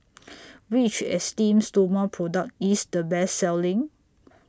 Which Esteem Stoma Product IS The Best Selling